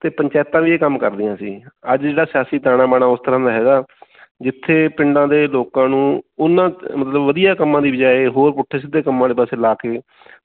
ਅਤੇ ਪੰਚਾਇਤਾਂ ਵੀ ਇਹ ਕੰਮ ਕਰਦੀਆਂ ਸੀ ਅੱਜ ਜਿਹੜਾ ਸਿਆਸੀ ਤਾਣਾ ਬਾਣਾ ਉਸ ਤਰ੍ਹਾਂ ਦਾ ਹੈਗਾ ਜਿੱਥੇ ਪਿੰਡਾਂ ਦੇ ਲੋਕਾਂ ਨੂੰ ਉਹਨਾਂ ਮਤਲਬ ਵਧੀਆ ਕੰਮਾਂ ਦੀ ਬਜਾਏ ਹੋਰ ਪੁੱਠੇ ਸਿੱਧੇ ਕੰਮਾਂ ਵਾਲੇ ਪਾਸੇ ਲਾ ਕੇ